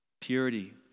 Purity